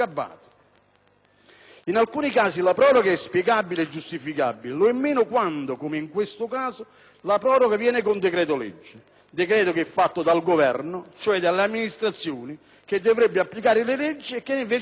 In alcuni casi la proroga è spiegabile e giustificabile, lo è meno quando, come in questo caso, la proroga viene con decreto-legge; decreto che è emanato dal Governo, cioè dalle amministrazioni che dovrebbero applicare le leggi e invece ne dispongono il rinvio